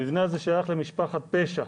המבנה הזה שייך למשפחת פשע.